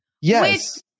Yes